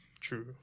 True